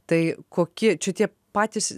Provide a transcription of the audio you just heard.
tai kokie čia tie patys